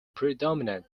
predominant